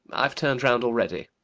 i've turned round already.